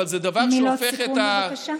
אבל זה דבר שהופך, מילות סיכום, בבקשה.